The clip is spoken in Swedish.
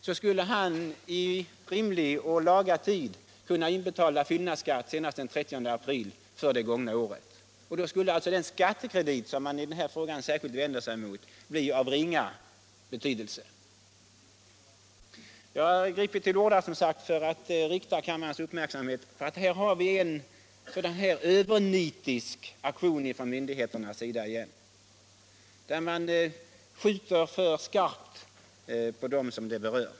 Då skulle han i rimlig och laga tid kunna inbetala fyllnadsskatt senast den 30 april för det gångna året. Den skattekredit som man här särskilt vänder sig emot skulle bli av ringa betydelse. Jag har gripit till orda för att rikta kammarens uppmärksamhet på detta. Här har vi åter en övernitisk aktion från myndigheternas sida, där man skjuter för skarpt på dem det berör.